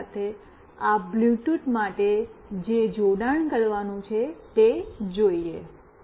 board સાથે આ Bluetooth માટે જે જોડાણ કરવાનું છે તે જોઈએ